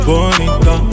Bonita